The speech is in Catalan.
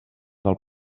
del